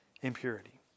impurity